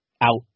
out